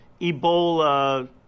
Ebola